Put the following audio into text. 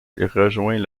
rejoint